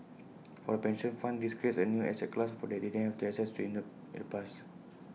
for the pension funds this creates A new asset class that they didn't have access to in the in the past